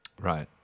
Right